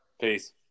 Peace